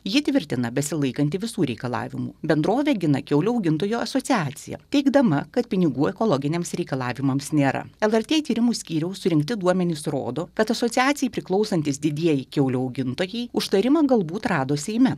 ji tvirtina besilaikanti visų reikalavimų bendrovė gina kiaulių augintojų asociaciją teigdama kad pinigų ekologiniams reikalavimams nėra lrt tyrimų skyriaus surinkti duomenys rodo kad asociacijai priklausantys didieji kiaulių augintojai užtarimą galbūt rado seime